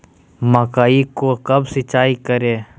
मकई को कब सिंचाई करे?